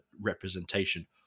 representation